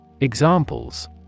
Examples